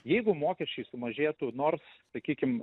jeigu mokesčiai sumažėtų nors sakykim